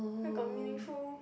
where got meaningful